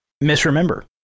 misremember